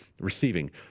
receiving